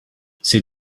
c’est